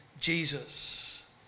Jesus